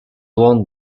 won